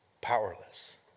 powerless